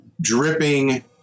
dripping